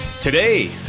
Today